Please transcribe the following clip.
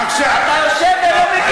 אדוני היושב-ראש,